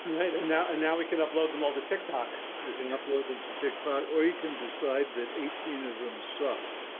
right. and now and now we can upload them all the tiktok you can upload them to tick pot, or you can decide that eighteen of them sucked.